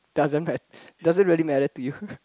doesn't mat~ doesn't really matter to you